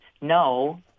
no